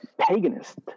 paganist